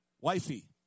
Wifey